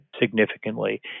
significantly